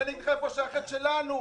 ונדחה איפה שהחטא שלנו,